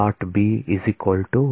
B s